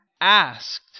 asked